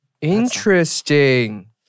Interesting